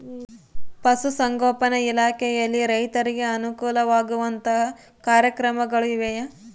ಪಶುಸಂಗೋಪನಾ ಇಲಾಖೆಯಲ್ಲಿ ರೈತರಿಗೆ ಅನುಕೂಲ ಆಗುವಂತಹ ಕಾರ್ಯಕ್ರಮಗಳು ಇವೆಯಾ?